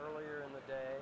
earlier in the day